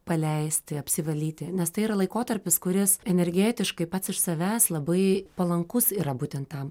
paleisti apsivalyti nes tai yra laikotarpis kuris energetiškai pats iš savęs labai palankus yra būtent tam